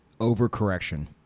overcorrection